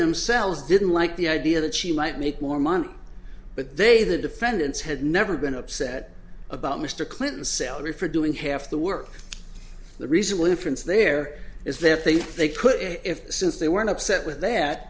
themselves didn't like the idea that she might make more money but they the defendants had never been upset about mr clinton salary for doing half the work the reason why difference there is that they they could if since they weren't upset with that